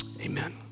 Amen